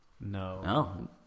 No